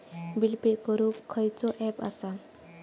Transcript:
Bill pay करूक खैचो app असा?